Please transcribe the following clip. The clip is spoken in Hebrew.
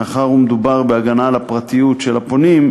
מאחר שמדובר בהגנה על הפרטיות של הפונים,